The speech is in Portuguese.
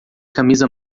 camisa